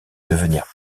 devenir